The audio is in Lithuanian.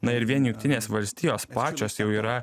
na ir vien jungtinės valstijos pačios jau yra